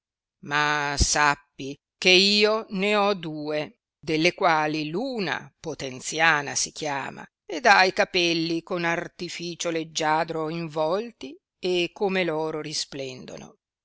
ma sappi che io ne ho due delle quali una potenziana si chiama ed ha i capelli con artificio leggiadro involti e come loro risplendono